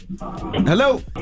Hello